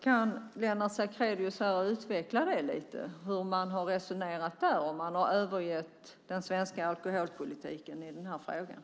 Kan Lennart Sacrédeus utveckla lite hur man har resonerat där? Har man övergett den svenska alkoholpolitiken i den här frågan?